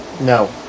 No